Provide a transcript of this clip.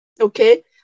Okay